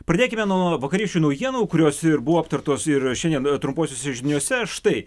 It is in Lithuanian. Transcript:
pradėkime nuo vakarykščių naujienų kurios ir buvo aptartos ir šiandien trumposiose žiniose štai